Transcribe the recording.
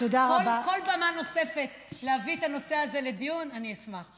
כל במה נוספת להביא את הנושא הזה לדיון, אני אשמח.